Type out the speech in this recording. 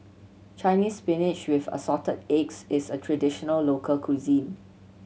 Chinese Spinach with Assorted Eggs is a traditional local cuisine